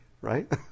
right